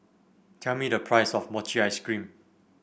tell me the price of Mochi Ice Cream